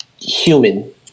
human